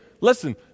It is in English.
Listen